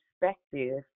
perspective